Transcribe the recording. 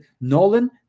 Nolan